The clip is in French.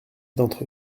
d’entre